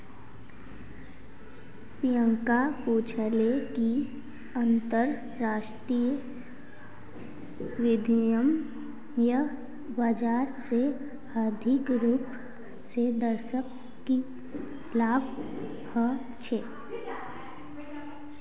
प्रियंका पूछले कि अंतरराष्ट्रीय विनिमय बाजार से आर्थिक रूप से देशक की लाभ ह छे